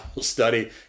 study